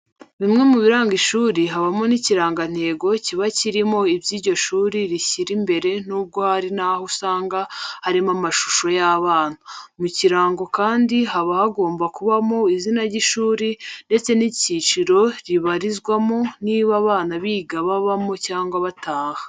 Bimwe mu biranga ishuri habamo n'ikirangantego kiba kirimo ibyo iryo shuri rishyira imbere nubwo hari n'aho usanga harimo amashusho y'abana. Mu kirango kandi haba hagomba kubamo izina ry'ishuri ndetsr n'icyiciro ribarizwamo; niba abana biga babamo cyangwa bataha.